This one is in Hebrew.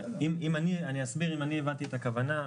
אני אסביר, אם אני הבנתי את הכוונה.